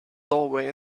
doorway